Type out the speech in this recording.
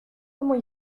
comment